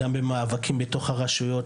גם במאבקים בתוך הרשויות,